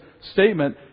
statement